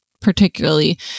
particularly